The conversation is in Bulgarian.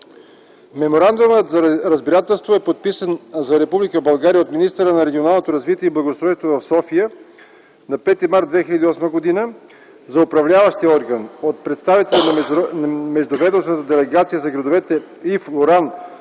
Меморандумът за разбирателство е подписан за Република България от министъра на регионалното развитие и благоустройството в София на 5 март 2008 г., за управляващия орган – от представителя на Междуведомствената делегация за градовете Ив Лоран